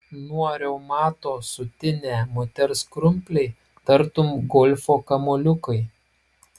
nuo reumato sutinę moters krumpliai tartum golfo kamuoliukai